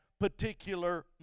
particular